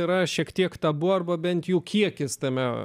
yra šiek tiek tabu arba bent jų kiekis tame